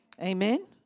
Amen